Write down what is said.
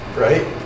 right